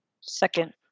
second